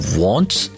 wants